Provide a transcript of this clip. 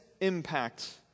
impact